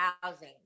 housing